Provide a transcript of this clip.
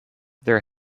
their